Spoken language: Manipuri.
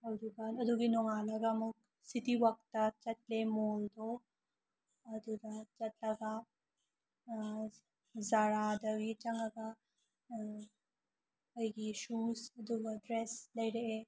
ꯑꯗꯨꯒ ꯑꯗꯨꯒꯤ ꯅꯣꯡꯉꯥꯜꯂꯒ ꯑꯃꯨꯛ ꯁꯤꯇꯤ ꯋꯥꯛꯇꯥ ꯑꯃꯨꯛ ꯆꯠꯂꯦ ꯃꯣꯜꯗꯣ ꯑꯗꯨꯗ ꯆꯠꯂꯒ ꯖꯥꯔꯥꯗꯒꯤ ꯆꯪꯉꯒ ꯑꯩꯒꯤ ꯁꯨꯁ ꯑꯗꯨꯒ ꯗ꯭ꯔꯦꯁ ꯂꯩꯔꯛꯑꯦ